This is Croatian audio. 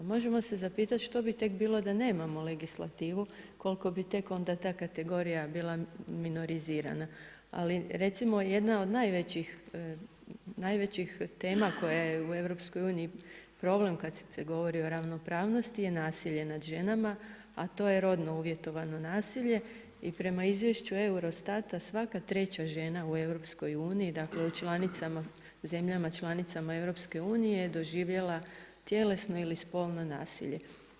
Možemo se zapitati što bi tek bilo da nemamo legislativu, koliko bi tek onda ta kategorija bila minorizirana, ali recimo jedna od najvećih tema koja je u EU problem kad se govori o ravnopravnosti je nasilje nad ženama, a to je rodno uvjetovano nasilje i prema izvješću EUROSTAT-a, svaka treća žena u EU, dakle u zemljama članicama EU je doživjela tjelesno ili spolno nasilje.